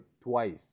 twice